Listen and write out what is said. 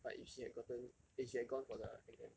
but if she had gotten if she had gone for the exam